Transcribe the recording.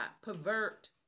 pervert